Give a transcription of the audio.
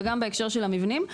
וגם בהקשר של המבנים.